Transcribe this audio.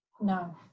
No